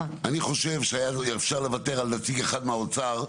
אני חושבת שהיה אפשר לוותר על נציג אחד מהאוצר,